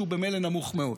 שהוא ממילא נמוך מאוד.